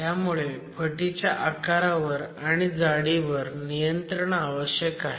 त्यामुळे फटीच्या आकारावर आणि जाडीवर नियंत्रण आवश्यक आहे